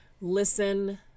Listen